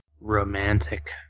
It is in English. Romantic